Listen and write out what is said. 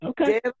okay